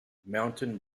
mountain